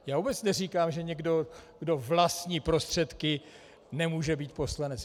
Já vůbec neříkám, že někdo, kdo vlastní prostředky, nemůže být poslanec.